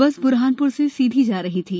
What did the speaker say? बस ब्रहानप्र से सीधी जा रही थी